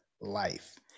life